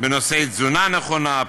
בנושאי תזונה נכונה,